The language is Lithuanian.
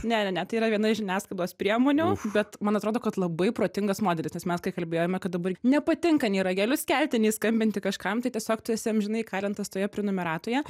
ne ne ne tai yra viena iš žiniasklaidos priemonių bet man atrodo kad labai protingas modelis nes mes kai kalbėjome kad dabar nepatinka nei ragelius kelti nei skambinti kažkam tai tiesiog tu esi amžinai įkalintas toje prenumeratoje